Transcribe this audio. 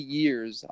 years